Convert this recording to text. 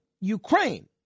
Ukraine